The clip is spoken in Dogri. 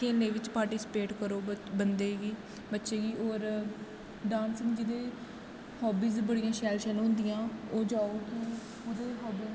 खेलने बिच्च पार्टिसिपेट करो बंदे गी बच्चे गी होर डांसिंग जेह्दे हॉब्बीस बड़ियां शैल शैल होंदियां ओह् जाओ ओह्दे च हॉब्बीस